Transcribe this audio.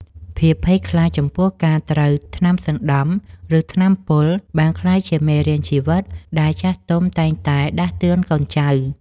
ភាពភ័យខ្លាចចំពោះការត្រូវថ្នាំសណ្ដំ ឬថ្នាំបំពុលបានក្លាយជាមេរៀនជីវិតដែលចាស់ទុំតែងតែដាស់តឿនកូនចៅ។